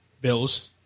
bills